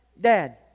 Dad